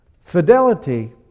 Fidelity